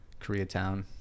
Koreatown